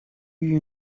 you